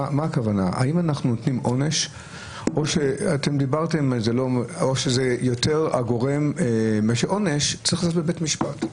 האם אנחנו נותנים עונש כי עונש צריך לתת בבית משפט.